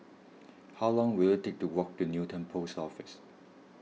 how long will it take to walk to Newton Post Office